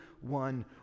one